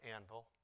anvil